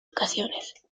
ocasiones